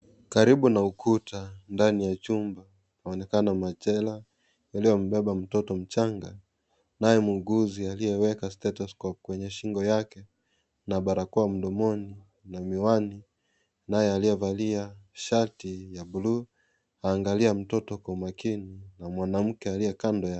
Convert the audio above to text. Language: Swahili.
Karibu na ukuta ndani ya chumba waonekana machela uliombeba mtoto mchanga naye muuguzi aliyeweka stethoscope kwenye shingo yake na barakoa mdomoni na miwani naye aliyevalia shati ya blue anaangalia mtoto kwa makini na mwanamke aliye kando ya...